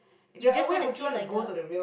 you just want to see like the